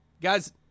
guys